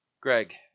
Greg